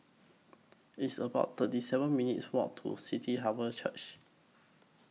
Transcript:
It's about thirty seven minutes' Walk to City Harvest Church